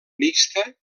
mixta